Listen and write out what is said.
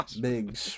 Big